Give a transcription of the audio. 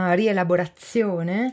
rielaborazione